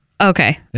Okay